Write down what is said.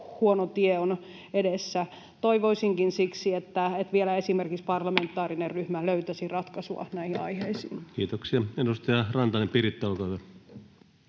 huono tie on edessä. Toivoisinkin siksi, että vielä esimerkiksi parlamentaarinen ryhmä löytäisi ratkaisua näihin aiheisiin. Kiitoksia. — Edustaja Rantanen, Piritta, olkaa hyvä.